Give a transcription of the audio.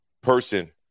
person